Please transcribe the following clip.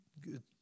good